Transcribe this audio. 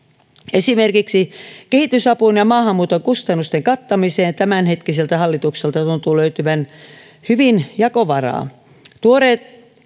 esimerkiksi kehitysapuun ja ja maahanmuuton kustannusten kattamiseen tämänhetkiseltä hallitukselta tuntuu löytyvän hyvin jakovaraa kokoomusministerin tuoreet